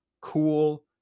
cool